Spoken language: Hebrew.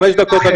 חמש דקות.